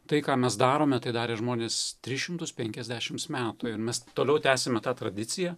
tai ką mes darome tai darė žmonės tris šimtus penkiasdešimts metų ir mes toliau tęsiame tą tradiciją